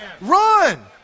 run